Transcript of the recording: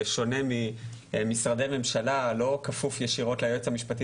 בשונה ממשרדי הממשלה לא כפוף ישירות ליועץ המשפטי